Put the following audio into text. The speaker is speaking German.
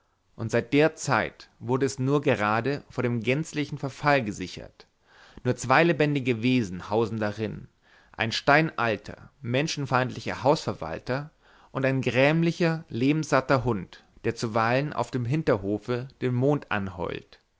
und seit der zeit wurd es nur gerade vor dem gänzlichen verfall gesichert nur zwei lebendige wesen hausen darin ein steinalter menschenfeindlicher hausverwalter und ein grämlicher lebenssatter hund der zuweilen auf dem hinterhofe den mond anheult